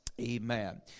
Amen